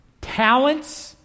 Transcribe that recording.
talents